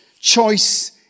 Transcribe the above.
Choice